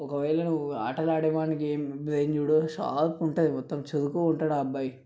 ఒకవేళ నువ్వు ఆటలాడే వానికి బ్రెయిన్ చూడు చాలా షార్ప్ ఉంటుంది మొత్తం చురుకుగా ఉంటాడు ఆ అబ్బాయి